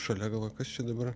šalia galvoju kas čia dabar